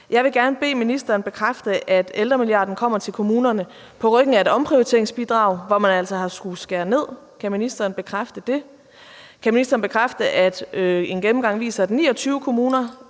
Jeg vil gerne bede ministeren bekræfte, at ældremilliarden kommer til kommunerne på ryggen af et omprioriteringsbidrag, hvor man altså har skullet skære ned. Kan ministeren bekræfte det? Kan ministeren bekræfte, at en gennemgang viser, at 29 kommuner